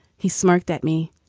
he smirked at me.